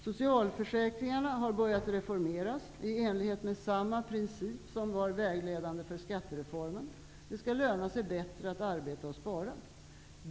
Socialförsäkringarna har börjat reformeras i enlighet med samma princip som var vägledande för skattereformen -- det skall löna sig bättre att arbeta och spara.